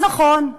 אז, נכון,